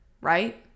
right